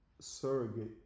surrogate